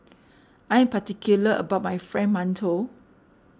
I am particular about my Fried Mantou